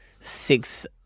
six